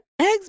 Eggs